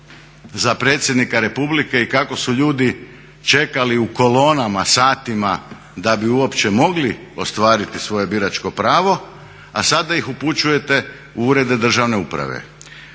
za predsjednika Republike i kako su ljudi čekali u kolonama satima da bi uopće mogli ostvariti svoje biračko pravo, a sada ih upućujete u urede državne uprave.